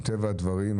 מטבע הדברים,